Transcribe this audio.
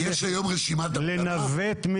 הרשימה הערבית המאוחדת): כן,